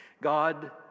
God